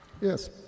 Yes